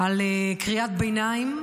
על קריאת ביניים,